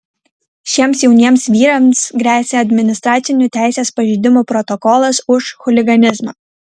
šiems jauniems vyrams gresia administracinių teisės pažeidimų protokolas už chuliganizmą